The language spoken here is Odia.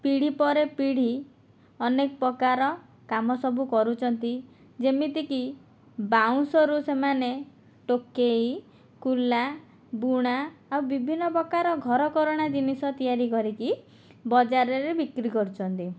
ପିଢ଼ି ପରେ ପିଢ଼ି ଅନେକ ପ୍ରକାର କାମ ସବୁ କରୁଛନ୍ତି ଯେମିତିକି ବାଉଁଶରୁ ସେମାନେ ଟୋକେଇ କୁଲା ବୁଣା ଆଉ ବିଭିନ୍ନ ପ୍ରକାର ଘର କରଣା ଜିନିଷ ତିଆରି କରିକି ବଜାରରେ ବିକ୍ରି କରୁଚନ୍ତି